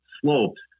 slopes